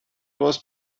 was